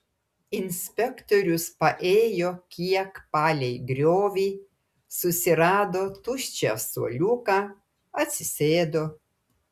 inspektorius paėjo kiek palei griovį susirado tuščią suoliuką atsisėdo